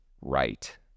right